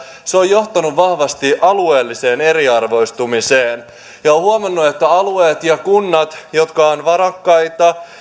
se on johtanut vahvasti alueelliseen eriarvoistumiseen olen huomannut että alueet ja kunnat jotka ovat varakkaita